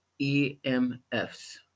EMFs